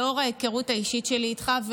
לאור ההיכרות האישית שלי איתך,